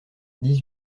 dix